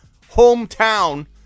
hometown